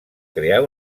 crear